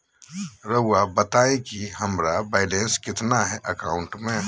रहुआ बताएं कि हमारा बैलेंस कितना है अकाउंट में?